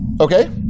Okay